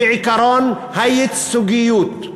בעקרון הייצוגיות.